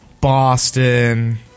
Boston